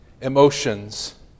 Emotions